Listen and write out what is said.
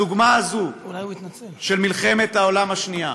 הדוגמה הזאת, של מלחמת העולם השנייה,